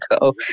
go